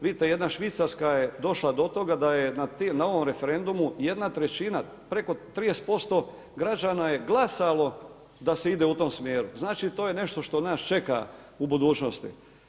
Vidite, jedna Švicarska je došla do toga da je na ovom referendumu jedna trećina, preko 30% građana je glasalo da se ide u tom smjeru, znači to je nešto što nas čeka u budućnosti.